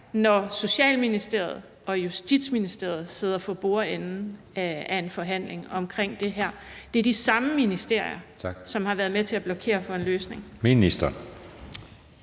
når Socialministeriet og Justitsministeriet sidder for bordenden af en forhandling omkring det her? Det er de samme ministerier, som har været med til at blokere for en løsning.